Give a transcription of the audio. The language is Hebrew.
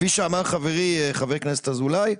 כפי שאמר חברי, חבר הכנסת אזולאי,